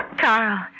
Carl